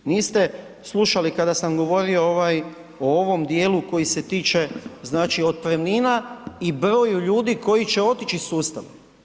Niste slušali kada sam govorio o ovome djelu koji se tiče otpremnina i broju ljudi koji će otići iz sustava.